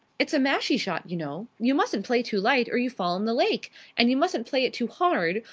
it's a mashie-shot, you know. you mustn't play too light, or you fall in the lake and you mustn't play it too hard,